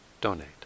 donate